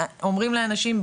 אומרים לאנשים,